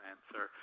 Answer